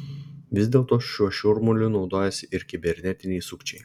vis dėlto šiuo šurmuliu naudojasi ir kibernetiniai sukčiai